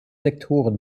sektoren